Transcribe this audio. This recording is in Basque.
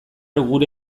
gure